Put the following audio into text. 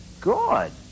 Good